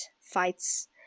fights